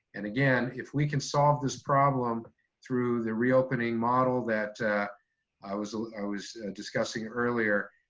and, again, if we can solve this problem through the reopening model that i was i was discussing earlier,